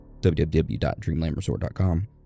www.dreamlandresort.com